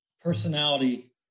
personality